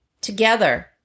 together